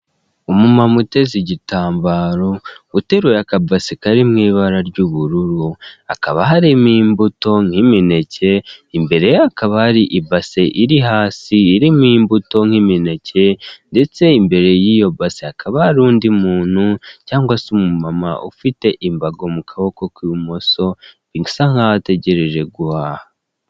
Umu mama uteze igitambaro, uteruye akabase kari mw'ibara ry'ubururu, hakaba harimo imbuto nk'imineke. Imbere ye hakaba hari ibase iri hasi, irimo imbuto nk'imineke ndetse imbere y'iyo base, hakaba hari undi muntu cyangwa se umu mama ufite imbago mu kaboko k'ibumoso, usa nkaho ategereje guhaha.